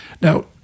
Now